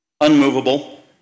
unmovable